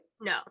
No